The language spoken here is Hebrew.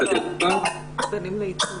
ברור לנו שהחלטת הממשלה לא כללה החלטה תקציבית.